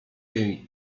jej